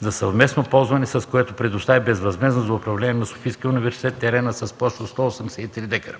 за съвместно ползване, с което предостави безвъзмездно за управление на Софийския университет „Св. Климент Охридски” теренът с площ от 181 декара,